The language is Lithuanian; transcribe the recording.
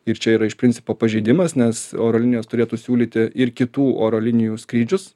ir čia yra iš principo pažeidimas nes oro linijos turėtų siūlyti ir kitų oro linijų skrydžius